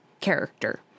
character